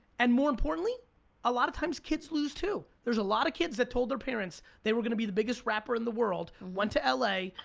and more importantly a lot of times kids lose too. there's a lot of kids that told their parents they were gonna be the biggest rapper in the world, went to l a.